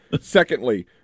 Secondly